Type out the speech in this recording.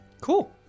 cool